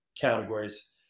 categories